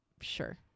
Sure